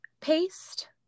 paste